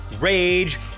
Rage